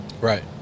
Right